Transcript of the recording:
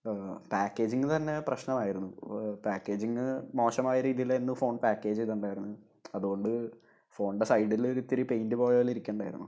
packaging തന്നെ പ്രശ്നമായിരുന്നു packaging മോശമായ രീതിയിലായിരുന്നു ഫോൺ പാക്കേജ് ചെയ്തിട്ടുണ്ടായിരുന്നത് അതുകൊണ്ട് ഫോണിൻ്റെ സൈഡിൽ ഒരിത്തിരി പെയിൻ്റ് പോയ പോലെ ഇരിക്കുന്നുണ്ടായിരുന്നു